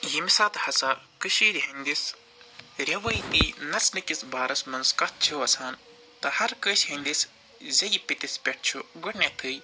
ییٚمہِ ساتہٕ ہَسا کٔشیٖرِ ہنٛدِس ریٚوٲتی نژنٕکِس بارس منٛز کَتھ چھِ وَسان تہٕ ہر کٲنٛسہِ ہنٛدِس زیٚیہِ پیٚتِس پٮ۪ٹھ چھُ گۄڈٕنیٚتھٕے